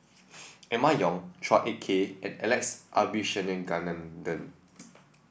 Emma Yong Chua Ek Kay and Alex Abisheganaden